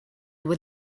were